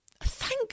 thank